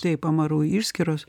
taip amarų išskyros